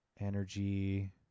Energy